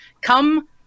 come